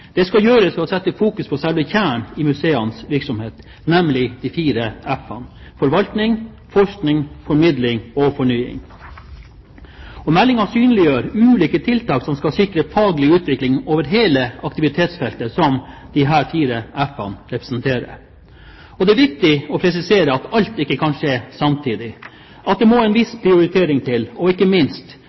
Det skal gjøres ved å sette fokus på selve kjernen i museenes virksomhet, nemlig de fire f-ene: forvaltning, forskning, formidling og fornying. Meldingen synliggjør ulike tiltak som skal sikre faglig utvikling over hele aktivitetsfeltet som disse fire f-ene representerer. Det er viktig å presisere at alt ikke kan skje samtidig, at det må en viss prioritering til, og, ikke minst,